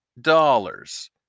dollars